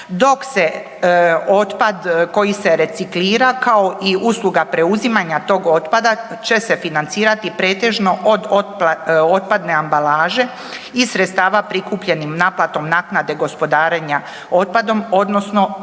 dok se otpad koji se reciklira kao i usluga preuzimanja tog otpada će se financirati pretežno od otpadne ambalaže i sredstava prikupljenim naplatom naknade gospodarenja otpadom odnosno